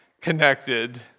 connected